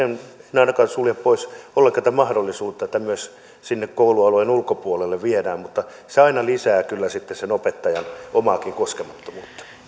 minä ainakaan sulje pois ollenkaan tätä mahdollisuutta että tätä myös sinne koulualueen ulkopuolelle viedään mutta se aina uhkaa kyllä sitten sen opettajan omaakin koskemattomuutta